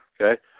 Okay